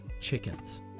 chickens